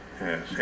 Yes